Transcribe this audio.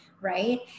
right